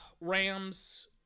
Rams